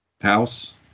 House